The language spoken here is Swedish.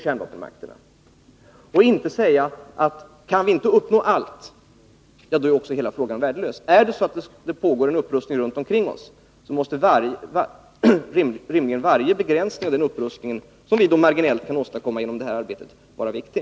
Man kan inte säga: Kan vi inte nå allt, då är hela frågan värdelös. Om det pågår en upprustning runt omkring oss, måste rimligen varje begränsning i denna upprustning som vi kan åstadkomma genom detta arbete vara viktig.